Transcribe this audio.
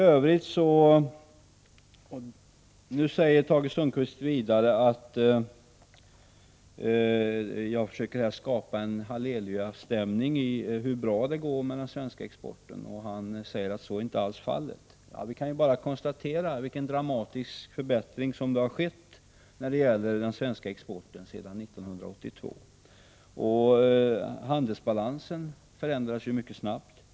Tage Sundkvist säger vidare att jag försöker skapa en hallelujastämning kring hur bra det går med den svenska exporten. Han menar att det inte alls går så bra. Vi kan bara konstatera vilken dramatisk förbättring som skett när det gäller den svenska exporten sedan 1982. Handelsbalansen förändrades ju mycket snabbt.